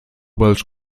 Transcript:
welsh